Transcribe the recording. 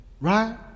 right